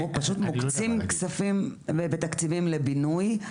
פשוט מוקצים כספים ותקציבים לבינוי,